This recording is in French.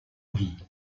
vie